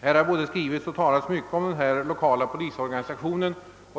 Det har talats och skrivits mycket om den lokala Ppolisorganisationen.